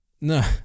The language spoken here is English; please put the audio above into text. No